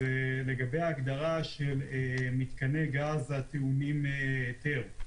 לגבי ההגדרה של מתקני גז הטעונים היתר.